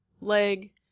leg